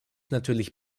natürlich